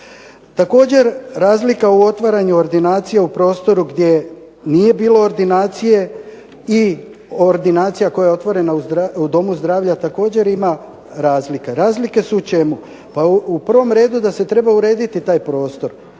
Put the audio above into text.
Također razlika u otvaranju ordinacije u prostoru gdje nije bilo ordinacije i ordinacija koja je otvorena u domu zdravlja, također ima razlike. Razlike su u čemu? Pa u prvom redu da se treba urediti taj prostor.